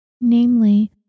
namely